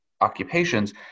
occupations